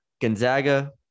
Gonzaga